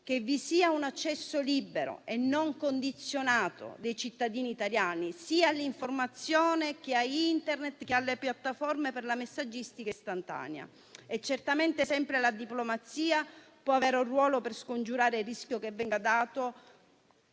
che vi sia un accesso libero e non condizionato dei cittadini iraniani sia all'informazione, sia a *Internet*, sia alle piattaforme per la messaggistica istantanea. Certamente la diplomazia può sempre avere un ruolo per scongiurare il rischio che venga dato